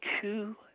two